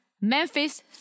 Memphis